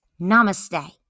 namaste